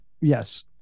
yes